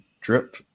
Drip